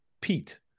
Pete